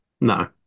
No